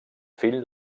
fill